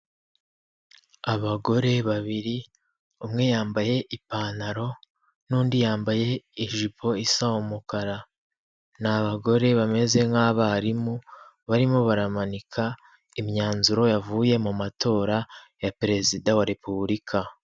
Abagore babiri, umwe yambaye ipantaro n'undi yambaye ijipo isa umukara, ni abagore bameze nk’abarimu barimo baramanika imyanzuro yavuye mu matora ya Perezida wa Repubulika.